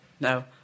No